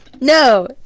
No